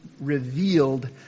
revealed